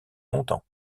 longtemps